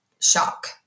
shock